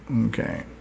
Okay